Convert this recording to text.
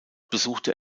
besuchte